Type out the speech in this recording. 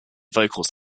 vocals